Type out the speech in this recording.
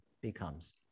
becomes